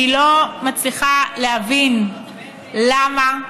אני לא מצליחה להבין למה,